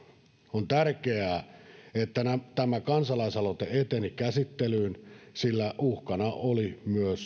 on tärkeää että tämä kansalaisaloite eteni käsittelyyn sillä uhkana oli myös